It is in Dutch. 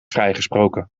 vrijgesproken